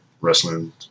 wrestling